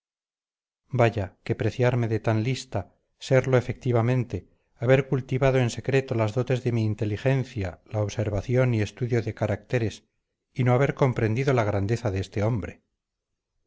vaya que preciarme de tan lista serlo efectivamente haber cultivado en secreto las dotes de mi inteligencia la observación y estudio de caracteres y no haber comprendido la grandeza de este hombre